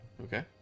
Okay